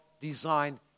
designed